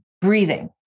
Breathing